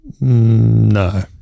No